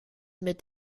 mit